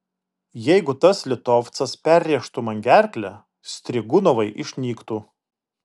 jeigu tas litovcas perrėžtų man gerklę strigunovai išnyktų